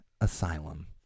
asylum